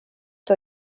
har